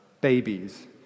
babies